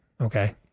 okay